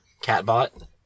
Catbot